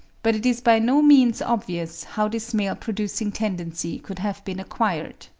but it is by no means obvious how this male-producing tendency could have been acquired.